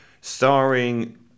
starring